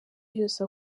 yose